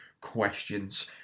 questions